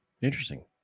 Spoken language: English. Interesting